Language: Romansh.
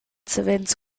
savens